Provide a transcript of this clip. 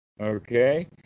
Okay